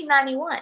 1991